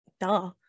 duh